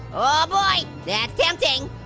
oh boy, that's tempting.